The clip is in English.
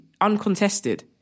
uncontested